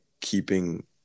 keeping